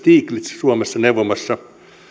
stiglitz suomessa neuvomassa